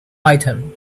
item